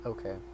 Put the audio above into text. Okay